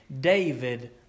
David